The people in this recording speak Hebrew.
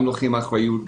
לוקחים אחריות,